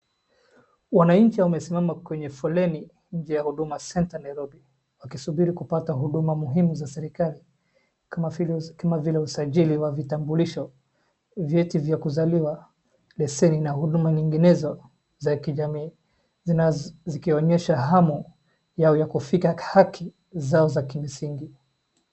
Wananchi wamesemama kwenye foleni nje ya huduma centre Nairobi wakisubiri kupata huduma muhimu za serikali kama vile usajili wa vitambulisho , vyeti vya kuzaliwa leseni na huduma nyinginezo za kijamii zikionyesha hamu yao kufika haki zao za kimsingi.